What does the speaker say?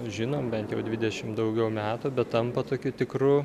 žinom bent jau dvidešim daugiau metų bet tampa tokiu tikru